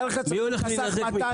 מי הולך להינזק מכך?